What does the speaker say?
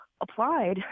applied